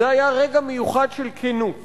זה היה רגע מיוחד של כנות